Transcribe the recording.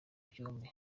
byombi